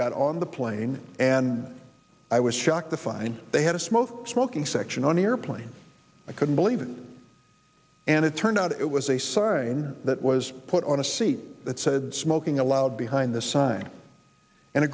got on the plane and i was shocked to find they had a small smoking section on airplanes i couldn't believe it and it turned out it was a sign that was put on a seat that said smoking allowed behind the sign and a